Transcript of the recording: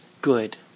Good